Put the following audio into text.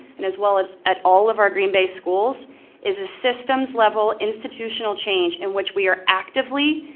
and as well as at all of our green bay schools is a systems level institutional change in which we are actively,